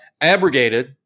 abrogated